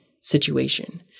situation